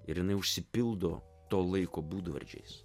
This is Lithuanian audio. ir jinai užsipildo to laiko būdvardžiais